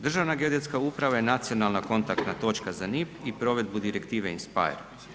Državna geodetska uprava je nacionalna kontaktna točka za NIP i provedbu Direktive INSPIRE.